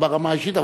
לא ברמה אישית,